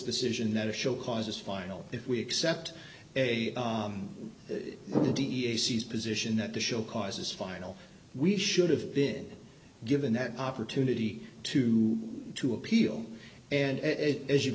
decision that a show cause is final if we accept a position that the show cause is final we should've been given that opportunity to to appeal and as you've